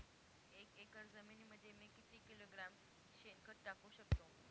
एक एकर जमिनीमध्ये मी किती किलोग्रॅम शेणखत टाकू शकतो?